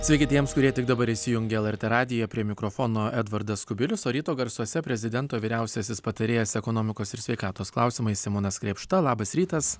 sveiki tiems kurie tik dabar įsijungė lrt radiją prie mikrofono edvardas kubilius o ryto garsuose prezidento vyriausiasis patarėjas ekonomikos ir sveikatos klausimais simonas krėpšta labas rytas